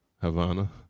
Havana